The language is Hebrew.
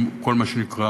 וכל מה שנקרא